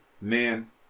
Man